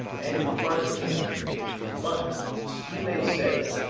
and in part him but you may say,